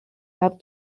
have